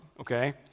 okay